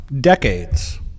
decades